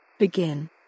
Begin